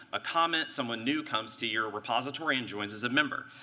a comment, someone new comes to your repository and joins as a member.